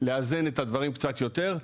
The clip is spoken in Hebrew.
לאזן את הדברים קצת יותר.